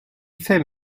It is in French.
fait